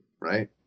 right